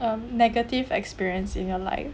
um negative experience in your life